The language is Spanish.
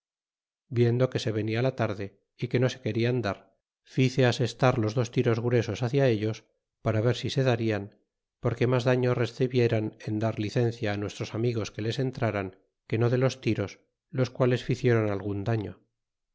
viendo que se venia la tarde y que a no se querian dar ticé asestar los dos tiros gruesos hacia ellos a para ver si se darin porque mas daño rescebieran en dar a cencia á nuestros amigos que les entraran que no de los tiros a los quales ficiéron algun daño